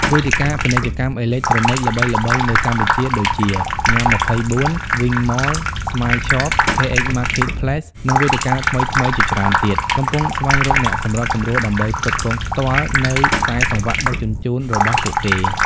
វេទិកាពាណិជ្ជកម្មអេឡិចត្រូនិក ល្បីៗនៅកម្ពុជាដូចជា Nham24, WingMall, Smile Shop, KH Marketplace និងវេទិកាថ្មីៗជាច្រើនទៀត កំពុងស្វែងរកអ្នកសម្របសម្រួលដើម្បីគ្រប់គ្រងផ្ទាល់នូវខ្សែសង្វាក់ដឹកជញ្ជូនរបស់ពួកគេ។